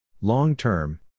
Long-term